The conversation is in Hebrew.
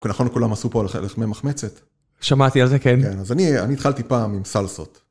נכון כולם עשו פה על לחמי מחמצת שמעתי על זה כן אז אני אני התחלתי פעם עם סלסות.